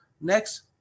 next